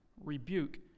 rebuke